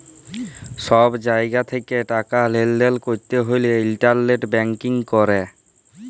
ছব জায়গা থ্যাকে টাকা লেলদেল ক্যরতে হ্যলে ইলটারলেট ব্যাংকিং ক্যরে